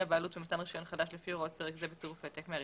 הבעלות ומתן רישיון חדש לפי הוראות פרק זה בצירוף העתק מהרישיון.